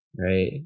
right